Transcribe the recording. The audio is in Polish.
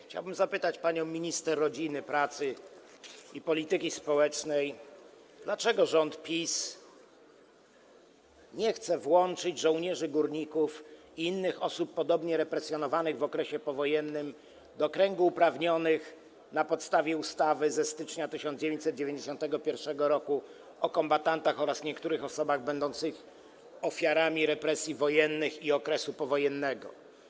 Chciałbym zapytać panią minister rodziny, pracy i polityki społecznej, dlaczego rząd PiS nie chce włączyć żołnierzy górników i innych osób podobnie represjonowanych w okresie powojennym do kręgu uprawnionych na podstawie ustawy ze stycznia 1991 r. o kombatantach oraz niektórych osobach będących ofiarami represji wojennych i okresu powojennego.